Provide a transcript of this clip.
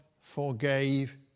forgave